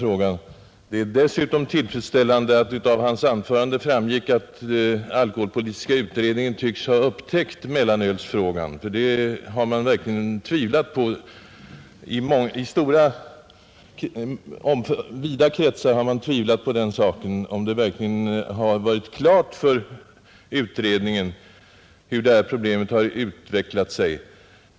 Vidare var det tillfredsställande att det av herr Wennerfors” anförande framgick att alkoholpolitiska utredningen tycks ha upptäckt mellanölsfrågan. Man har nämligen i vida kretsar tvivlat på att det verkligen har stått klart för utredningen hur mellanölsproblemet har utvecklat sig.